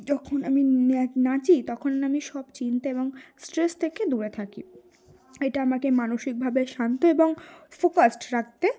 যখন আমি ন্যাচ নাচি তখন আমি সব চিন্তা এবং স্ট্রেস থেকে দূরে থাকি এটা আমাকে মানসিকভাবে শান্ত এবং ফোকাসড রাখতে